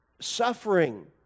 suffering